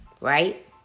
right